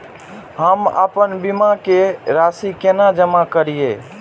हम आपन बीमा के राशि केना जमा करिए?